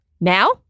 Now